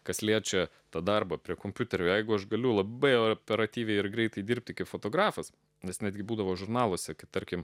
kas liečia tą darbą prie kompiuterio jeigu aš galiu labai operatyviai ir greitai dirbti kaip fotografas nes netgi būdavo žurnaluose tarkim